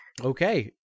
Okay